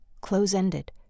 Close-ended